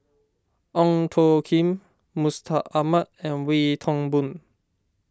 Ong Tjoe Kim Mustaq Ahmad and Wee Toon Boon